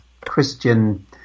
Christian